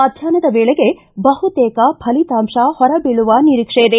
ಮಧ್ಯಾಪ್ನದ ವೇಳೆಗೆ ಬಹುತೇಕ ಫಲಿತಾಂಶ ಹೊರಬೀಳುವ ನಿರೀಕ್ಷೆ ಇದೆ